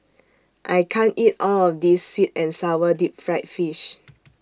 I can't eat All of This Sweet and Sour Deep Fried Fish